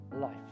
life